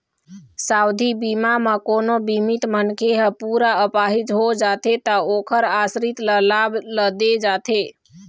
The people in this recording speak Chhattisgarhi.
सावधि बीमा म कोनो बीमित मनखे ह पूरा अपाहिज हो जाथे त ओखर आसरित ल लाभ ल दे जाथे